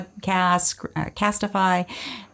Castify